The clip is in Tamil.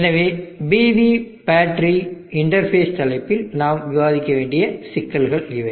எனவே PV பேட்டரி இன்டர்பேஸ் தலைப்பில் நாம் விவாதிக்க வேண்டிய சிக்கல்கள் இவை